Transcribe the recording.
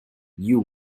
you